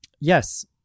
Yes